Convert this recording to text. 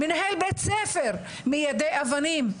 כשמנהל בית ספר יידה אבנים,